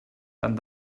tant